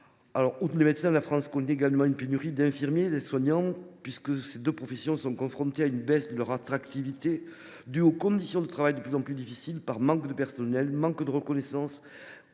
Outre les médecins, la France connaît une pénurie d’infirmiers et d’aides soignants, puisque ces deux professions sont confrontées à une baisse de leur attractivité due aux conditions de travail de plus en plus difficiles : manque de personnel, manque de reconnaissance,